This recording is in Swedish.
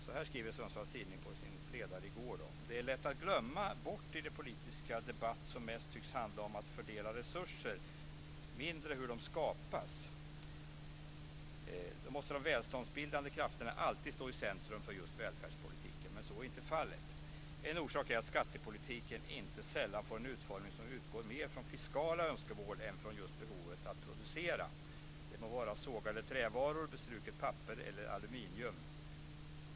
Så här skrev Sundsvalls Tidning på sin ledarsida i går: "Därför - och det är så lätt att glömma bort i den politiska debatt som mest tycks handla om att fördela resurser, mindre hur de skapas - måste de välståndsbildande krafterna alltid stå i centrum för just välfärdspolitiken. Men så är inte fallet. En orsak är att skattepolitiken inte sällan får en utformning som utgår mer från fiskala önskemål än från just behovet att producera, det må vara sågade trävaror, bestruket papper eller aluminium.